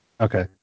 Okay